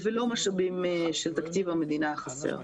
ולא משאבים של תקציב המדינה החסר.